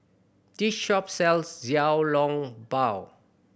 this shop sells Xiao Long Bao